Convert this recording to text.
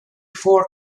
four